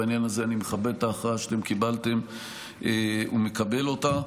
בעניין הזה אני מכבד את ההכרעה שאתם קיבלתם ומקבל אותה.